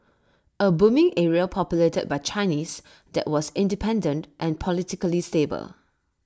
A booming area populated by Chinese that was independent and politically stable